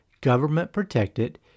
government-protected